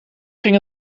ging